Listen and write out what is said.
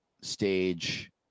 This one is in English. stage